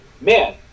man